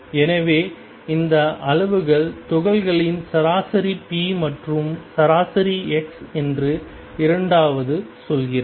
எனவே இந்த அளவுகள் துகள்களின் சராசரி p மற்றும் சராசரி x என்று இரண்டாவது சொல்கிறது